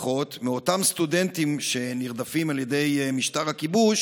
לפחות מאותם סטודנטים שנרדפים על ידי משטר הכיבוש